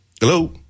Hello